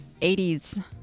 80s